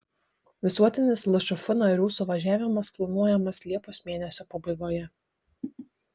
visuotinis lšf narių suvažiavimas planuojamas liepos mėnesio pabaigoje